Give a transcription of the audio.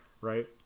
right